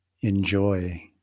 enjoy